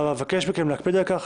אבקש מכם להקפיד על כך.